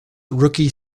rookie